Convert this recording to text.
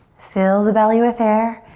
fill the belly with air.